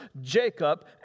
Jacob